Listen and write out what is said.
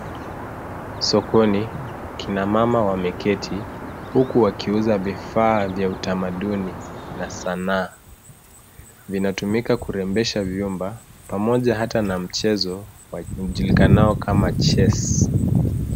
Sokoni kina mama wameketi huku wakiuza vifaa vya utamaduni na sanaa. Vinatumika kurembesha vyumba pamoja hata na mchezo ujulikanao kama chess .